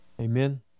Amen